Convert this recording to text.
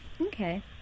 Okay